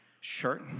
shirt